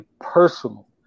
personal